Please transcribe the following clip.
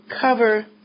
cover